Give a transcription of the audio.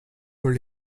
old